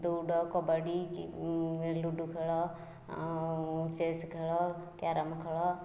ଦୌଡ଼ କବାଡ଼ି କି ଲୁଡ଼ୁ ଖେଳ ଆଉ ଚେସ୍ ଖେଳ କ୍ୟାରମ ଖେଳ